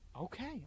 Okay